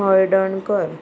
हयडणकर